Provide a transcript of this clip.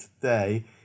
today